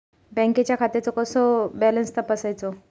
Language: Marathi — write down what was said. बँकेच्या खात्याचो कसो बॅलन्स तपासायचो?